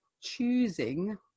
choosing